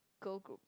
girl group